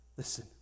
Listen